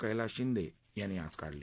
कैलास शिंदे यांनी आज काढले